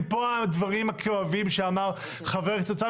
הדברים הכואבים שאמר חבר הכנסת הרצנו,